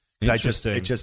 interesting